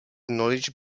knowledge